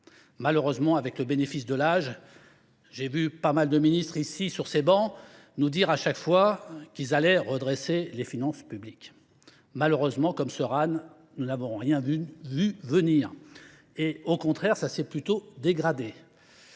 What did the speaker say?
Malheureusement, avec le bénéfice de l'âge, J'ai vu pas mal de ministres ici, sur ces bancs, nous dire à chaque fois qu'ils allaient redresser les finances publiques. Malheureusement, comme ce RAN, nous n'avons rien vu venir. Et au contraire, ça s'est plutôt dégradé.